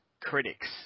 critics